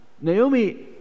Naomi